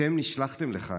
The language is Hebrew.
אתם נשלחתם לכאן.